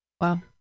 wow